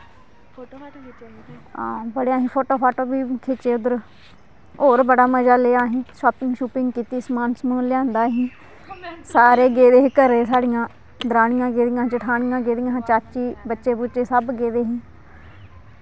हां बड़े असें फोटो फाटो बी खिच्चे उद्धर होर बड़ा मज़ा लेआ असें शापिंग शूपिंग कीती समान समून लेआंदा असें सारे गेदे हे घरै गी साढ़ियां दरानियां गेदियां हां जठानियां गेदियां हां चाची बच्चे बुच्चे सब गेदे हे